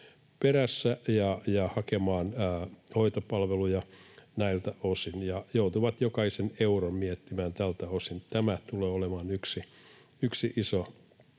perään ja hakemaan hoitopalveluja näiltä osin, ja he joutuvat jokaisen euron miettimään tältä osin. Tämä tulee olemaan yksi iso